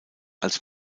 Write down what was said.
als